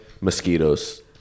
mosquitoes